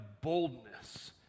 boldness